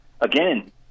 again